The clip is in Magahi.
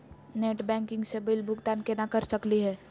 नेट बैंकिंग स बिल भुगतान केना कर सकली हे?